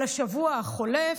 על השבוע החולף,